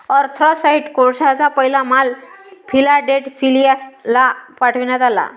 anthracite कोळशाचा पहिला माल फिलाडेल्फियाला पाठविण्यात आला